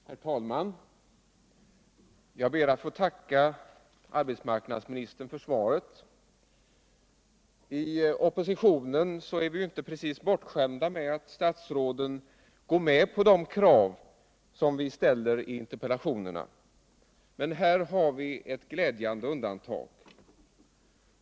Herr talman! Jag ber att få tacka arbetsmarknadsministern för svaret. Inom oppositionen är vi inte bortskämda med att statsråden går med på de krav som vi ställer i interpellationerna, men här har vi ett glädjande undantag.